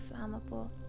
flammable